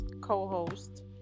co-host